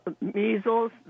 measles